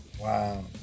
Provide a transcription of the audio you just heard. Wow